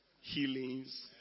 healings